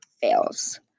fails